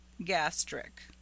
Gastric